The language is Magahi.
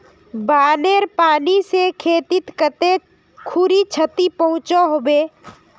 बानेर पानी से खेतीत कते खुरी क्षति पहुँचो होबे?